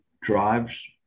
drives